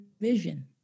vision